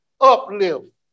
uplift